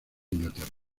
inglaterra